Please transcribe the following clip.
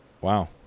wow